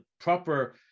proper